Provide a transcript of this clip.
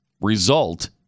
result